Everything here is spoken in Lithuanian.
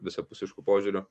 visapusišku požiūriu